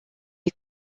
est